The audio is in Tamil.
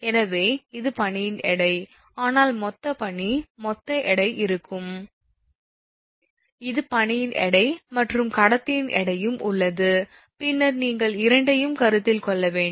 எனவே இது பனியின் எடை ஆனால் மொத்த பனி மொத்த எடை இருக்கும் இது பனியின் எடை மற்றும் கடத்தியின் எடையும் உள்ளது பின்னர் நீங்கள் இரண்டையும் கருத்தில் கொள்ள வேண்டும்